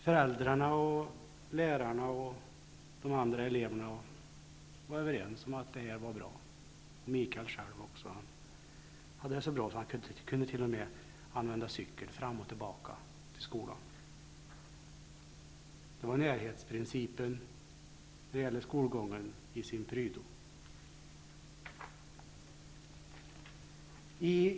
Föräldrarna, lärarna och de andra eleverna var överens om att det var bra. Mikael tyckte det också. Han har det så bra att han t.o.m. kan använda cykel fram och tillbaka till skolan. Det var närhetsprincipen när det gäller skolgången i sin prydno.